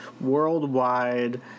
worldwide